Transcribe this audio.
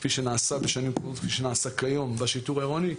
כפי שנעשה בשנים קודמות כפי שנעשה כיום בשיטור העירוני.